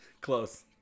Close